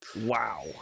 Wow